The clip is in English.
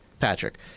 Patrick